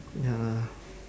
ya lah